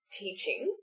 teaching